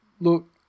Look